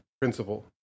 principle